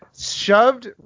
Shoved